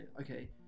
okay